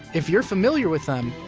if you're familiar with them,